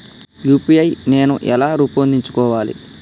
UPI నేను ఎలా రూపొందించుకోవాలి?